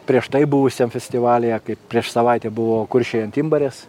prieš tai buvusiam festivalyje kaip prieš savaitę buvo kuršiai ant timbarės